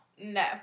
No